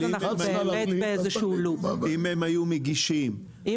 אם הן היו מגישות בקשה?